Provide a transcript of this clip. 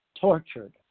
tortured